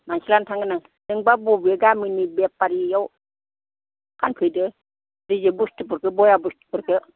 मानसि लानानै थांगोन आं नोंबा बबे गामिनि बेफारि इयाव फानफैदों रेजेक्ट बुस्थुफोरखो बया बुस्थुफोरखो